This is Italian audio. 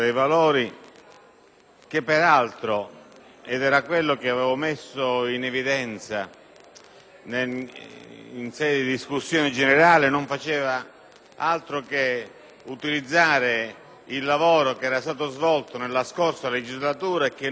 che peraltro - ed era quello che avevo messo in evidenza in sede di discussione generale - non ha fatto altro che utilizzare il lavoro svolto nella scorsa legislatura e che non fu portato